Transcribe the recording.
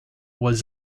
was